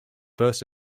first